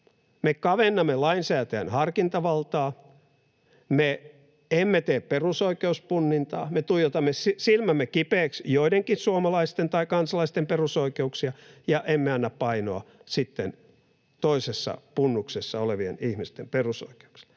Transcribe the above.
Me kavennamme lainsäätäjän harkintavaltaa, me emme tee perusoikeuspunnintaa, me tuijotamme silmämme kipeiksi joidenkin suomalaisten tai kansalaisten perusoikeuksia ja emme anna painoa sitten toisessa punnuksessa olevien ihmisten perusoikeuksille.